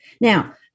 Now